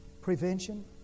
prevention